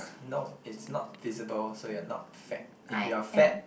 no it's not feasible so you're not fat if you're fat